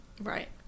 Right